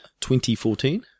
2014